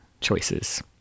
choices